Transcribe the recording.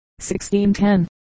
1610